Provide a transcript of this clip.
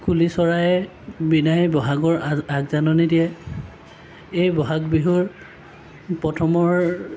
কুলি চৰায়ে বিনাই বহাগৰ আ আগজাননি দিয়ে এই বহাগ বিহুৰ প্ৰথমৰ